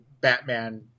Batman